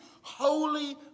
Holy